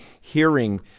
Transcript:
hearing